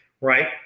right